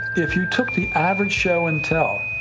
if you took the average show-and-tell.